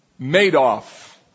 Madoff